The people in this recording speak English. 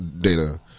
data